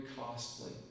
costly